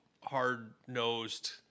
hard-nosed